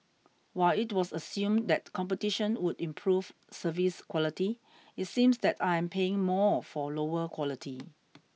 while it was assumed that competition would improve service quality it seems that I am paying more for lower quality